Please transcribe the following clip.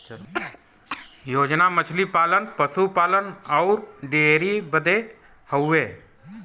योजना मछली पालन, पसु पालन अउर डेयरीए बदे हउवे